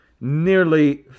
nearly